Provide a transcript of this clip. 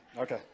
Okay